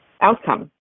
outcome